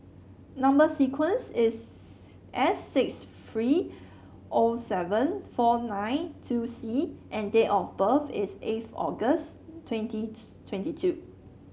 number sequence is S six three O seven four nine two C and date of birth is eighth August twenty twenty two